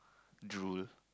drool